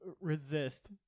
resist